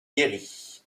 guérit